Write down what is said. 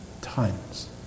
Tons